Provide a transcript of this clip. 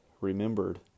remembered